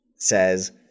says